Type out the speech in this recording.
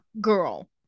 girl